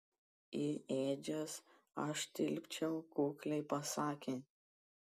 į ėdžias aš tilpčiau kukliai pasakė